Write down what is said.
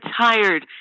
tired